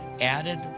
added